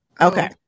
okay